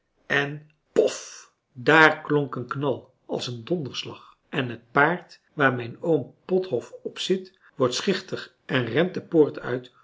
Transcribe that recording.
en pof daar klonk een knal als een donderslag en het paard waar mijn oom pothof op zit wordt schichtig en rent de poort uit